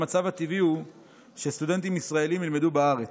המצב הטבעי הוא שסטודנטים ישראלים ילמדו בארץ.